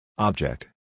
Object